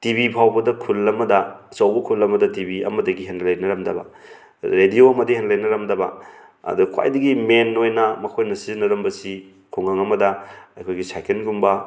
TV ꯐꯥꯎꯕꯗ ꯈꯨꯜ ꯑꯃꯗ ꯑꯆꯧꯕ ꯈꯨꯜ ꯑꯃꯗ ꯇꯤꯕꯤ ꯑꯃꯗꯒꯤ ꯍꯦꯟꯅ ꯂꯩꯅꯔꯝꯗꯕ ꯔꯦꯗꯤꯌꯣ ꯑꯃꯗꯒꯤ ꯍꯦꯟꯅ ꯂꯩꯅꯔꯝꯗꯕ ꯑꯗꯣ ꯈ꯭ꯋꯥꯏꯗꯒꯤ ꯃꯦꯟ ꯑꯣꯏꯅ ꯃꯈꯣꯏꯅ ꯁꯤꯖꯤꯟꯅꯔꯝꯕꯁꯤ ꯈꯨꯡꯒꯪ ꯑꯃꯗ ꯑꯩꯈꯣꯏꯒꯤ ꯁꯥꯏꯀꯜꯒꯨꯝꯕ